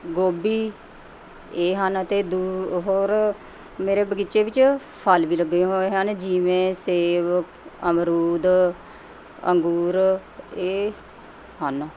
ਗੋਭੀ ਇਹ ਹਨ ਅਤੇ ਦੂ ਹੋਰ ਮੇਰੇ ਬਗ਼ੀਚੇ ਵਿੱਚ ਫ਼ਲ ਵੀ ਲੱਗੇ ਹੋਏ ਹਨ ਜਿਵੇਂ ਸੇਬ ਅਮਰੂਦ ਅੰਗੂਰ ਇਹ ਹਨ